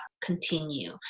continue